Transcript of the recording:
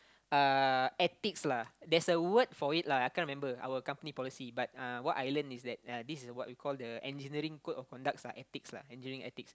uh ethics lah there's a word for it lah I can't remember our company policy but uh what I learnt is that uh this is what we call the engineering code of conducts lah ethics lah engineering ethics